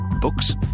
Books